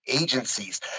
agencies